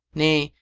nay,